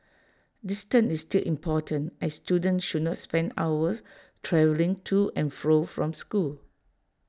distance is still important as students should not spend hours travelling to and flow from school